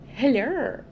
Hello